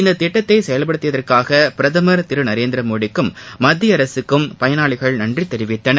இந்தத் திட்டத்தை செயல்படுத்தியதற்காக பிரதமர் திரு நரேந்திரமோடிக்கும் மத்திய அரசுக்கும் பயனாளிகள் நன்றி தெரிவித்தனர்